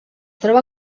troba